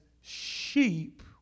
sheep